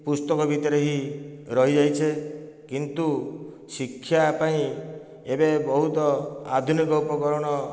ପୁସ୍ତକ ଭିତରେ ହିଁ ରହିଯାଇଛେ କିନ୍ତୁ ଶିକ୍ଷା ପାଇଁ ଏବେ ବହୁତ ଆଧୁନିକ ଉପକରଣ